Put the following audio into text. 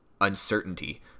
uncertainty